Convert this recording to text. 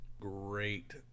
Great